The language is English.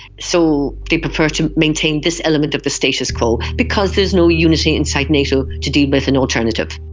so they prefer to maintain this element of the status quo because there's no unity inside nato to deal with an alternative.